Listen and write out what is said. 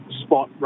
spot